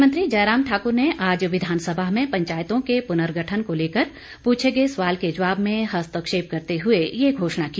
मुख्यमंत्री जयराम ठाकुर ने आज विधानसभा में पंचायतों के पुनर्गठन को लेकर पूछे गए सवाल के जवाब में हस्तक्षेप करते हुए ये घोषणा की